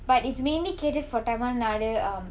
but it's mainly catered for tamil nadu um